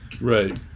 Right